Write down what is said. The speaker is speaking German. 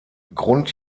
grund